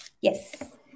yes